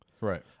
Right